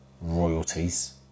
Royalties